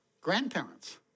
Grandparents